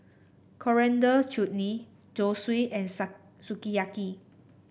Coriander Chutney Zosui and Sukiyaki